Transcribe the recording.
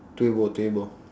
tio bo tio bo